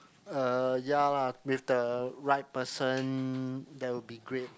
uh ya lah with the right person that would be great